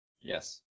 yes